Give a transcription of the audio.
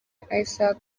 isaac